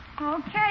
Okay